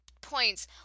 points